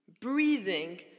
breathing